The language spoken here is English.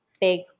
big